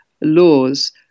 laws